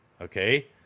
Okay